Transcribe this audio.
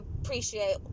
appreciate